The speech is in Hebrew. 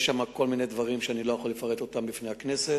יש שם כל מיני דברים שאני לא יכול לפרט בפני הכנסת.